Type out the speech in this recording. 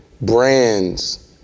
brands